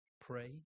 pray